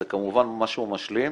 זה כמובן משהו משלים,